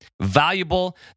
valuable